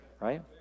Right